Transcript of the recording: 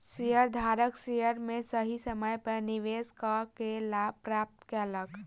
शेयरधारक शेयर में सही समय पर निवेश कअ के लाभ प्राप्त केलक